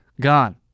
Gone